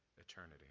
eternity